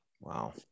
Wow